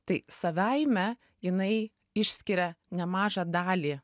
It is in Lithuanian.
tai savaime jinai išskiria nemažą dalį